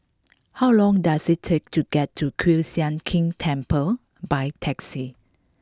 how long does it take to get to Kiew Sian King Temple by taxi